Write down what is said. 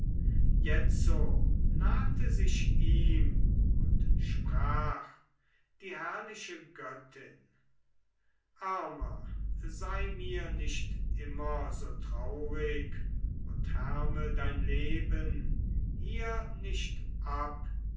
jetzo nahte sich ihm und sprach die herrliche göttin armer sei mir nicht immer so traurig und härme dein leben hier nicht ab